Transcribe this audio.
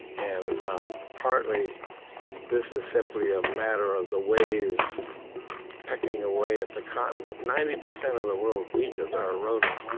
and partly this is simply a matter of the waves pecking away at the continent. ninety percent of the world's beaches are eroding,